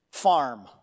farm